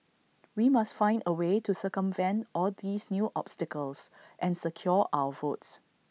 we must find A way to circumvent all these new obstacles and secure our votes